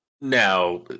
Now